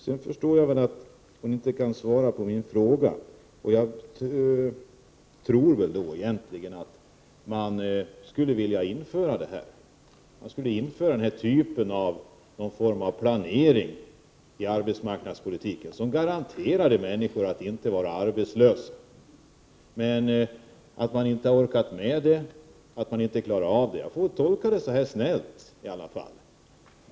Sedan förstår jag att Monica Öhman inte kan svara på min fråga. Jag tror att man egentligen skulle vilja införa en allmän inskolningsgaranti, en form av planering i arbetsmarknadspolitiken, som garanterade människor att de inte behövde vara arbetslösa, men att man inte har orkat med det. Jag får väl göra en så snäll tolkning i alla fall.